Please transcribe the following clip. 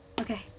Okay